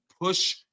push